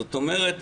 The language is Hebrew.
זאת אומרת,